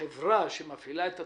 החברה שמפעילה את הטייס,